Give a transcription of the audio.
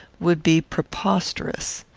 would be preposterous.